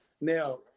Now